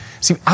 See